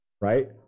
right